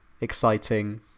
exciting